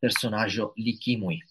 personažo likimui